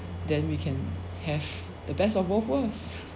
then we can have the best of both worlds